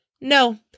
No